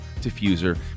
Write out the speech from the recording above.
diffuser